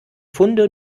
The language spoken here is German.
funde